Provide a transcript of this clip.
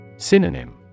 Synonym